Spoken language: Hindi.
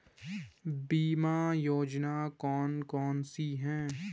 बीमा योजना कौन कौनसी हैं?